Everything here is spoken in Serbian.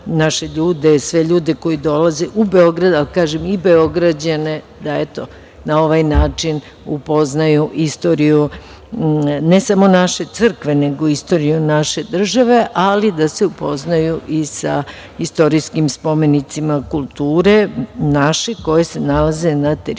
naše ljude i sve ljude koji dolaze u Beograd, ali i Beograđane da na ovaj način upoznaju istoriju, ne samo naše crkve, nego istoriju naše države, ali i da se upoznaju sa istorijskim spomenicima kulture naše, koji se nalaze na teritoriji